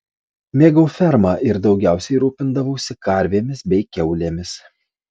mėgau fermą ir daugiausiai rūpindavausi karvėmis bei kiaulėmis